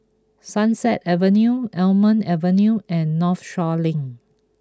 Sunset Avenue Almond Avenue and Northshore Link